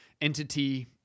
entity